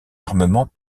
armement